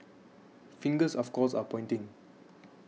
fingers of course are pointing